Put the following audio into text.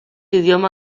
idioma